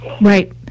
right